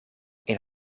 een